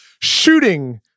shooting